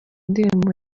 indirimbo